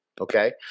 Okay